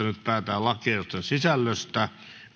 nyt päätetään lakiehdotusten sisällöstä